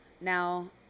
Now